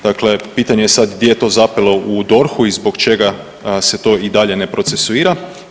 Dakle, pitanje je sad gdje je to zapelo u DORH-u i zbog čega se to i dalje ne procesuira.